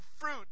fruit